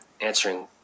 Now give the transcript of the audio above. answering